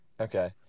Okay